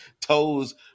toes